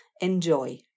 Enjoy